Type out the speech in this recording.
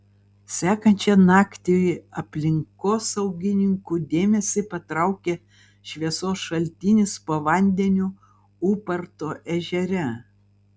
sekančią naktį aplinkosaugininkų dėmesį patraukė šviesos šaltinis po vandeniu ūparto ežere